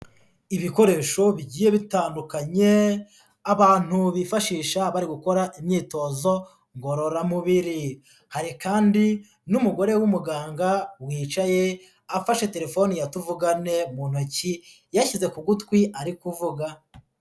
Ibikoresho bigiye bitandukanye abantu bifashisha bari gukora imyitozo ngororamubiri, hari kandi n'umugore w'umuganga wicaye afashe telefoni ya tuvugane mu ntoki yashyize ku gutwi ari kuvuga.